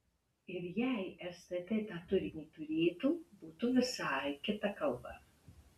ir jei stt tą turinį turėtų būtų visai kita kalba